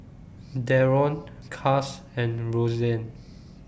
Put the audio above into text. Daron Cas and Roseann